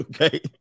Okay